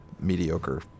mediocre